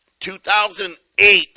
2008